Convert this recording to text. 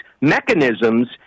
mechanisms